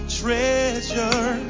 treasure